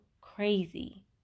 crazy